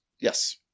Yes